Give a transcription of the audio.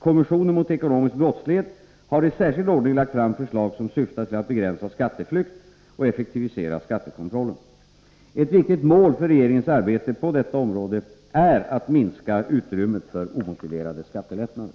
Kommissionen mot ekonomisk brottslighet har i särskild ordning lagt fram förslag som syftar till att begränsa skatteflykt och effektivisera skattekontrollen. Ett viktigt mål för regeringens arbete på detta område är att minska utrymmet för omotiverade skattelättnader.